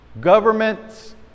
Governments